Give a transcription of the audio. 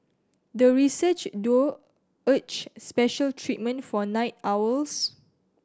the research duo urged special treatment for night owls